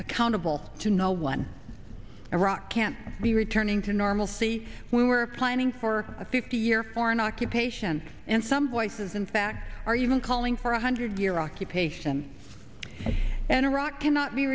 accountable to no one iraq can't be returning to normal see we were planning for a fifty year foreign occupation and some voices in fact are even calling for a hundred year occupation and iraq cannot be